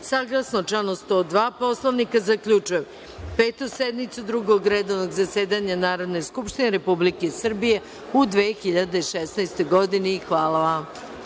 saglasno članu 102. Poslovnika, zaključujem Petu sednicu Drugog redovnog zasedanja Narodne skupštine Republike Srbije u 2016. godini. Hvala vam.